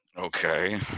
Okay